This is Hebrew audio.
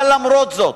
אבל למרות זאת,